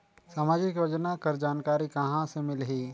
समाजिक योजना कर जानकारी कहाँ से मिलही?